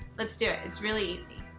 let's do it, it's really easy.